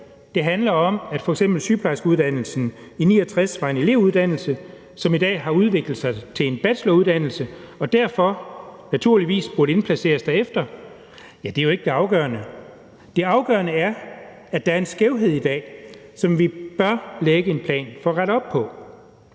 det handler om, at f.eks. sygeplejerskeuddannelsen i 1969 var en elevuddannelse, som i dag har udviklet sig til en bacheloruddannelse og derfor naturligvis burde indplaceres derefter, er jo ikke det afgørende. Det afgørende er, at der er en skævhed i dag, som vi bør lægge en plan for at rette op på.